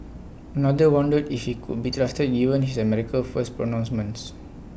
another wondered if he could be trusted given his America First pronouncements